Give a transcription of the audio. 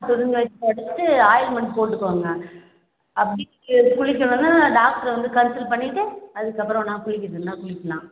சுருங்கினதுக்கடுத்து ointment போட்டுக்கோங்க அப்படி நீங்கள் அது குளிக்கணும்னா டாக்டர வந்து கன்செல் பண்ணிவிட்டு அதுக்கப்புறம் வேணுனா குளிக்கிறதுனா குளிக்கலாம்